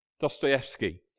Dostoevsky